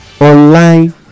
online